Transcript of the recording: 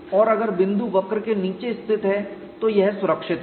और अगर बिंदु वक्र के नीचे स्थित है तो यह सुरक्षित है